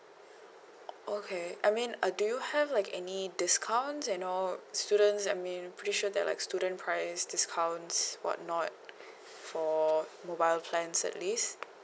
okay I mean uh do you have like any discounts you know students I mean pretty sure there are like student price discounts whatnot for mobile plans at least